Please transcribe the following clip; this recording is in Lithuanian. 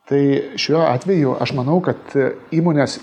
tai šiuo atveju aš manau kad įmonės